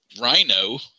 Rhino